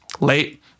late